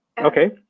Okay